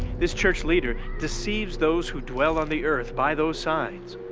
this church leader deceives those who dwell on the earth by those signs.